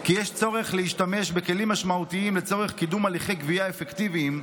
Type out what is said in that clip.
כי יש צורך להשתמש בכלים משמעותיים לצורך קידום הליכי גבייה אפקטיביים,